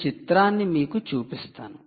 ఈ చిత్రాన్ని మీకు చూపిస్తాను